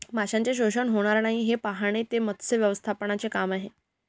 माशांचे शोषण होणार नाही हे पाहणे हे मत्स्य व्यवस्थापनाचे काम आहे